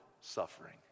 suffering